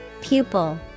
Pupil